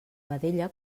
vedella